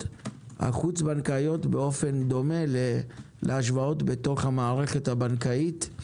החוץ בנקאיות באופן דומה להשוואות בתוך המערכת הבנקאית.